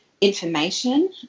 information